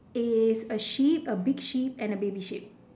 is a sheep a big sheep and a baby sheep